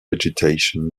vegetation